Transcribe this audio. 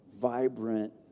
vibrant